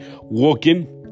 walking